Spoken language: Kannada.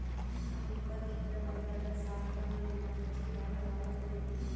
ನಾವ್ ಇಪ್ಪತ್ತು ಎಕ್ಕರ್ ಹೊಲ್ದಾಗ್ ಸಾಗವಾನಿ ಗಿಡಾ ಹಚ್ಚಿ ಭಾಳ್ ಲಾಭ ತೆಗಿತೀವಿ